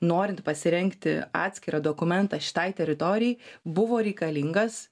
norint pasirengti atskirą dokumentą šitai teritorijai buvo reikalingas